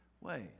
ways